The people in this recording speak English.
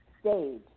stage